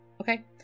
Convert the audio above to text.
Okay